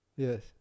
Yes